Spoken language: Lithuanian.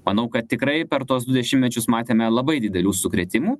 manau kad tikrai per tuos du dešimtmečius matėme labai didelių sukrėtimų